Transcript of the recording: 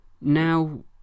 Now